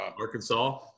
Arkansas